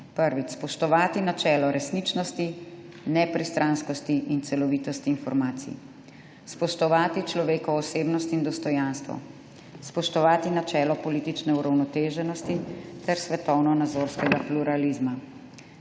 spoštovati načelo resničnosti, nepristranskosti in celovitosti informacij; spoštovati človekovo osebnost in dostojanstvo; spoštovati načelo politične uravnoteženosti ter svetovnonazorskega pluralizma;